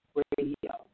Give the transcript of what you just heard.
radio